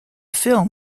film